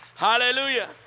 Hallelujah